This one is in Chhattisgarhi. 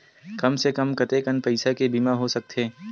कम से कम कतेकन पईसा के बीमा हो सकथे?